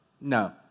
no